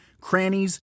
crannies